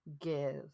give